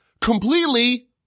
completely